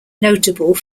notable